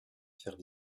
faire